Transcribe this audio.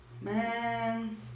Man